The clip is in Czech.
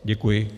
Děkuji.